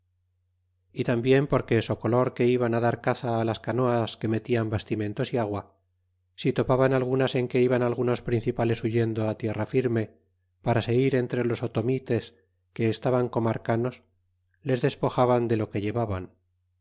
y tambien porque socolor que iban dar caza á las canoas que mellan bastimentos y agua si topaban algunas en que iban algunos principales huyendo á tierra firme para se ir entre los otomites que estaban comarcanos les despojaban de lo que llevaban